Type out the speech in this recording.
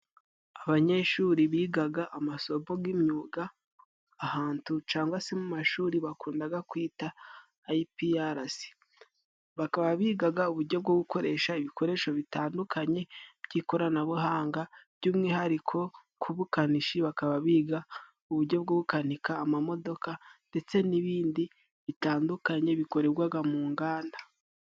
Abanyeshuri bigaga amasomo g'imyuga ahantu cangwa se mu mashuri bakundaga kwita Ayipi alasi, bakaba bigaga ubujyo bwo gukoresha ibikoresho bitandukanye by'ikoranabuhanga by'umwihariko nk'ubukanishi bakaba biga ubujyo bwo gukanika amamodoka, ndetse n'ibindi bitandukanye bikoregwaga mu nganda.